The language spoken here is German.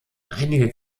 einige